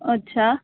અચ્છા